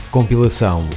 Compilação